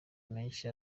menshi